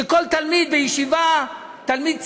שכל תלמיד בישיבה, תלמיד צעיר,